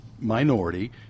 minority